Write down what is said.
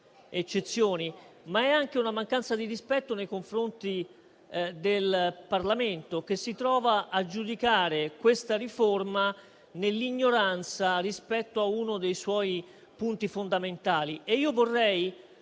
eccezioni), ma è anche una mancanza di rispetto nei confronti del Parlamento che si trova a giudicare questa riforma nell'ignoranza rispetto a uno dei suoi punti fondamentali.